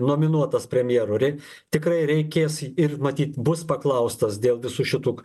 nominuotas premjeru rei tikrai reikės ir matyt bus paklaustas dėl visų šitų